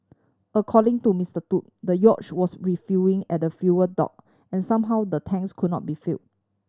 according to Mister Tu the yacht was refuelling at the fuel dock and somehow the tanks could not be fill